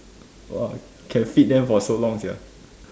!wah! can feed them for so long sia